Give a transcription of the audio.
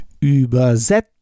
Übersetzen